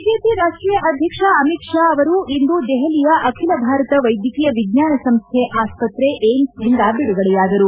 BJP ರಾಷ್ಟೀಯ ಅಧ್ಯಕ್ಷ ಅಮಿತ್ ಶಾ ಅವರು ಇಂದು ದೆಹಲಿಯ ಅಖಿಲ ಭಾರತ ವೈದ್ಯಕೀಯ ವಿಜ್ಞಾನ ಸಂಸ್ಥೆ ಆಸ್ಪತ್ರೆ ಏಮ್ಸ್ ನಿಂದ ಬಿಡುಗಡೆಯಾದರು